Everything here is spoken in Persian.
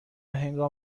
هنگام